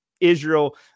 Israel